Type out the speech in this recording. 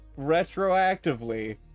retroactively